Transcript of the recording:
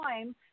time